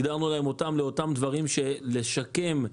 הגדרנו אותם לדברים שמיועדים לשקם,